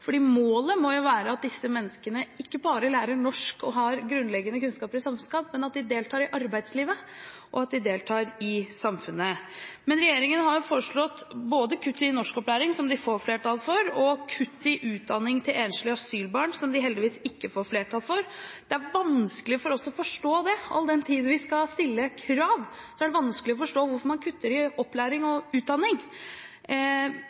målet må jo være at disse menneskene ikke bare lærer norsk og har grunnleggende kunnskaper i samfunnskunnskap, men at de deltar i arbeidslivet, og at de deltar i samfunnet. Men regjeringen har foreslått både kutt i norskopplæring, som de får flertall for, og kutt i utdanning til enslige asylbarn, som de heldigvis ikke får flertall for. Det er vanskelig for oss å forstå det – all den tid vi skal stille krav, er det krevende for oss å forstå hvorfor man kutter i opplæring og utdanning.